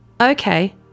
Okay